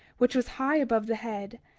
which was high above the head,